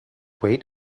wait